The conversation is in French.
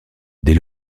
dès